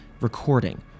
recording